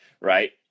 right